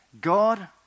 God